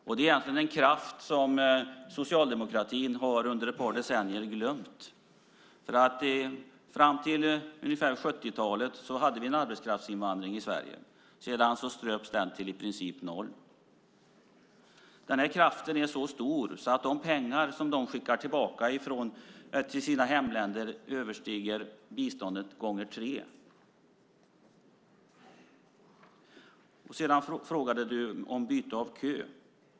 Det är egentligen en kraft som socialdemokratin under ett par decennier har glömt. Fram till ungefär 70-talet hade vi en arbetskraftsinvandring till Sverige. Sedan ströps den till i princip noll. Den här kraften är så stor att de pengar som dessa människor skickar tillbaka till sina hemländer överstiger biståndet gånger tre. Göte Wahlström ställde en fråga om att byta kö.